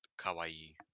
kawaii